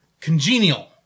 congenial